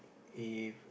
if